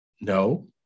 no